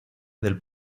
del